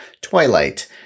Twilight